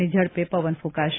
ની ઝડપે પવન ફૂંકાશે